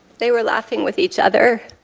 they were laughing with each other